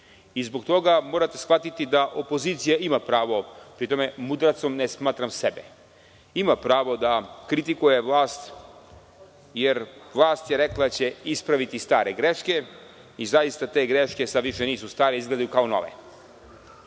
Zbog toga morate shvatiti da opozicija ima pravo, pri tom mudracom ne shvatam sebe, da kritikuje vlast jer vlast je rekla da će ispraviti stare greške i zaista te greške više nisu stare i izgledaju kao nove. Mi